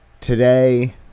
today